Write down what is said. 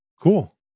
Cool